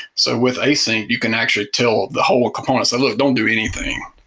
so with async, you can actually tell the whole components, ah don't do anything,